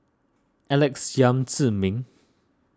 Alex Yam Ziming